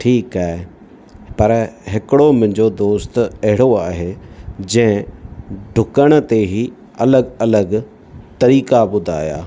ठीकु आहे पर हिकिड़ो मुंहिंजो दोस्त अहिड़ो आहे जंहिं ॾुकण ते ई अलॻि अलॻि तरीक़ा ॿुधाया